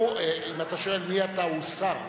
הוא, אם אתה שואל מי אתה, הוא שר.